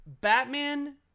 Batman